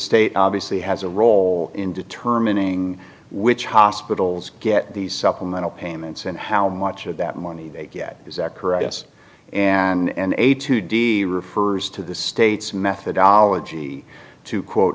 state obviously has a role in determining which hospitals get these supplemental payments and how much of that money they get zacharias and eighty two d refers to the states methodology to quote